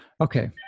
Okay